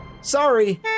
Sorry